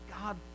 God